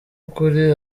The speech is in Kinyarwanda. ukuri